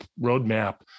roadmap